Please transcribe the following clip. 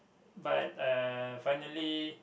but uh finally